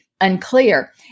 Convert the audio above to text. unclear